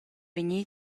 vegni